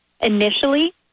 initially